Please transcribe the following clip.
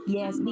Yes